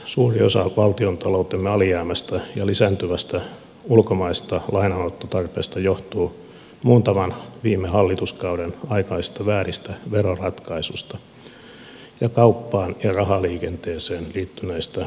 suuri osa valtiontaloutemme alijäämästä ja lisääntyvästä ulkomaisesta lainanottotarpeesta johtuu muutaman viime hallituskauden aikaisista vääristä veroratkaisuista ja kauppaan ja rahaliikenteeseen liittyneistä vapautuksista